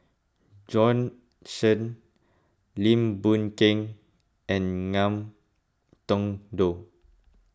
Bjorn Shen Lim Boon Keng and Ngiam Tong Dow